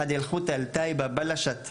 (אומר דברים בשפה הערבית: התוכנית הטובה הזו החלה,